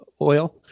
oil